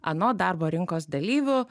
anot darbo rinkos dalyvių